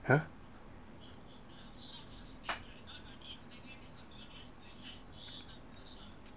!huh!